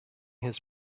his